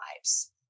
lives